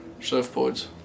surfboards